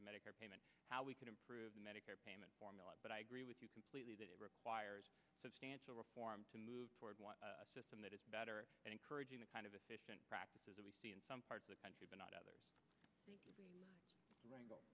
of medicare payment how we can improve medicare payment formula but i agree with you completely that it requires substantial reform to move toward a system that is better and encouraging the kind of efficient practices that we see in some parts of the country but not others